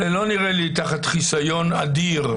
זה לא נראה לי תחת חיסיון אדיר.